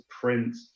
print